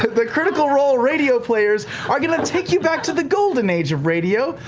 the critical role radio players are going to take you back to the golden age of radio,